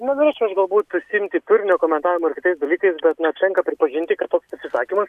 nenorėčiau aš galbūt užsiimti turinio komentavimu ar kitais dalykais bet na tenka pripažinti kad toks pasisakymas